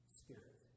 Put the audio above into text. spirit